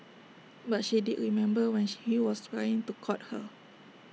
but she did remember when he was trying to court her